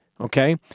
okay